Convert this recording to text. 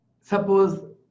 Suppose